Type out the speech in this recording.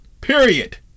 period